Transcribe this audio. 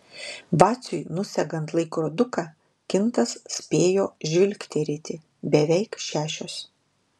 vaciui nusegant laikroduką kintas spėjo žvilgterėti beveik šešios